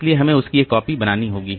इसलिए हमें उसकी एक कॉपी बनानी होगी